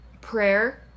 Prayer